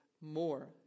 more